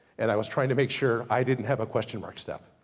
and i was trying to make sure, i didn't have a question mark step.